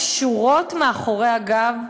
קשורות מאחורי הגב?